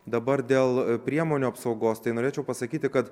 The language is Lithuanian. dabar dėl priemonių apsaugos tai norėčiau pasakyti kad